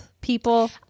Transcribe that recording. people